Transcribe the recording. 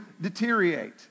deteriorate